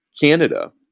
Canada